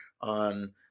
on